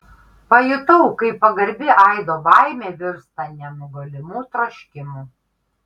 pajutau kaip pagarbi aido baimė virsta nenugalimu troškimu